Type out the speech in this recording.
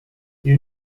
you